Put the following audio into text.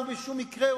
ובשום מקרה,